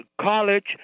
College